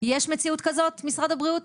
יש מציאות כזאת משרד הבריאות?